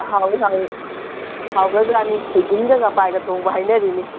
ꯍꯥꯎꯏ ꯍꯥꯎꯏ ꯍꯥꯎꯒ꯭ꯔꯖꯥꯠꯅꯤ ꯁꯣꯏꯖꯤꯟꯒ ꯉꯄꯥꯏꯒ ꯊꯣꯡꯕ ꯍꯥꯏꯅꯔꯤꯅꯤ